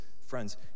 friends